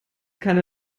keine